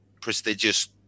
prestigious